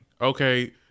Okay